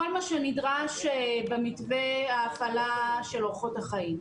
כל מה שנדרש במתווה ההפעלה של אורחות החיים,